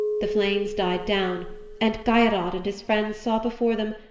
the flames died down and geirrod and his friends saw before them,